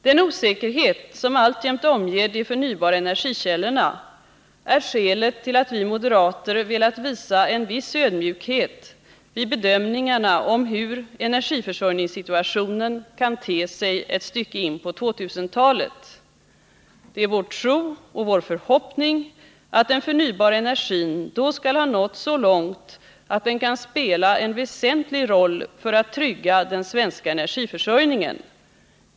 Den osäkerhet som alltjämt omger de förnybara energikällorna är skälet till att vi moderater velat visa en viss ödmjukhet vid bedömningarna av hur energiförsörjningssituationen kan te sig ett stycke in på 2000-talet. Det är vår tro och vår förhoppning att den förnybara energin då skall ha nått så långt att den kan spela en väsentlig roll för att trygga den svenska energiförsörjningen.